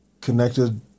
connected